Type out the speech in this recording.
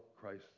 Christ